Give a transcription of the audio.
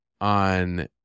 on